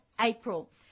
April